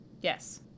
Yes